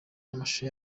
n’amashusho